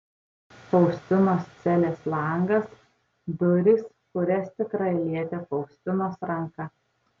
faustinos celės langas durys kurias tikrai lietė faustinos ranka